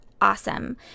Awesome